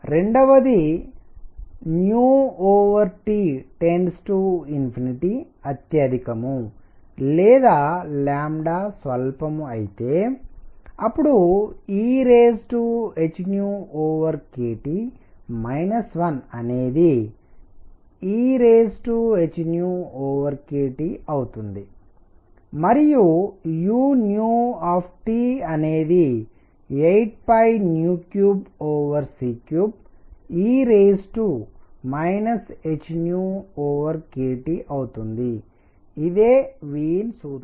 రెండవది T అత్యధికం లేదా స్వల్పం అయితే అప్పుడు ehkT 1అనేది ehkT అవుతుంది మరియు uఅనేది 83c3e hkT అవుతుంది ఇదే వీన్ సూత్రం